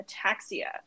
ataxia